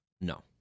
no